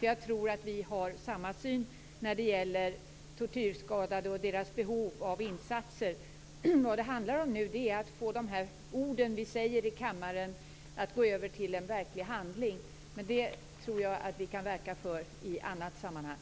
Jag tror att vi har samma syn när det gäller tortyrskadade och deras behov av insatser. Vad det nu handlar om är att låta de ord vi säger i kammaren gå över i verklig handling. Det tror jag att vi kan verka för i annat sammanhang.